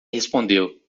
respondeu